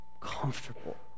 comfortable